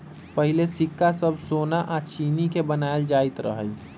पहिले सिक्का सभ सोना आऽ चानी के बनाएल जाइत रहइ